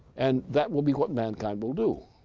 and that will be what mankind will do.